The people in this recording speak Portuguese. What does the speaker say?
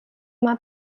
uma